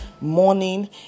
Morning